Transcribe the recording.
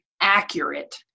accurate